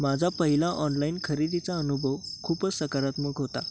माझा पहिला ऑनलाईन खरेदीचा अनुभव खूपच सकारात्मक होता